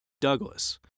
Douglas